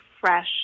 fresh